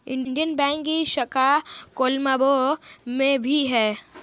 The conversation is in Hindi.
इंडियन बैंक की शाखा कोलम्बो में भी है